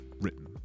written